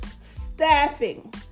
staffing